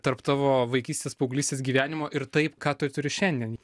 tarp tavo vaikystės paauglystės gyvenimo ir tai ką tu turi šiandien